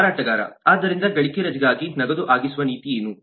ಮಾರಾಟಗಾರ ಆದ್ದರಿಂದ ಗಳಿಕೆ ರಜೆಗಾಗಿ ನಗದು ಆಗಿಸುವ ನೀತಿ ಏನು